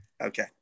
Okay